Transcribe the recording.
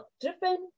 different